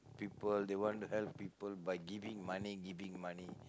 people they want to help people by giving money giving money